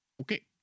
Okay